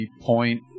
point